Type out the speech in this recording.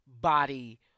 body